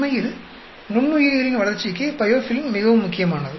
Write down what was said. உண்மையில் நுண்ணுயிரிகளின் வளர்ச்சிக்கு பயோஃபில்ம் மிகவும் முக்கியமானது